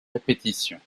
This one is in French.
répétitions